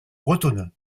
bretonneux